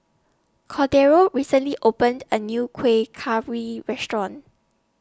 Cordero recently opened A New Kueh Kaswi Restaurant